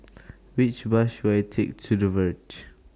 Which Bus should I Take to The Verge